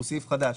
הוא סעיף חדש,